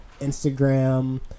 Instagram